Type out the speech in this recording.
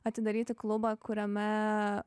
atidaryti klubą kuriame